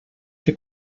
que